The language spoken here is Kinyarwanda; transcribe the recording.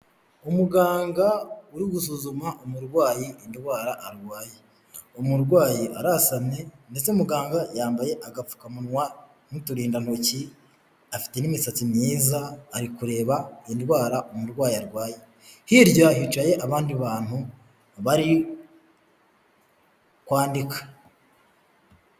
Umuganga uri gusuzuma umurwayi indwara arwaye. Umurwayi arasamye, ndetse muganga yambaye agapfukamunwa n'uturindantoki, afite n'imisatsi myiza ari kureba indwara umurwayi arwaye. Hirya hicaye abandi bantu bari kwandika.